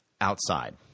outside